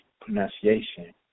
pronunciation